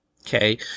Okay